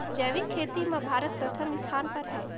जैविक खेती म भारत प्रथम स्थान पर हे